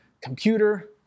computer